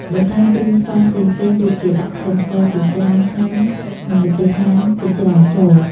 បន្ថែមគ្រឿងផ្សំផ្សេងៗដូចជា ដាក់ខ្ទឹមសចិញ្ច្រាំ ហាន់ និង ម្ទេសហាន់ ចិញ្ច្រាំ ចូល។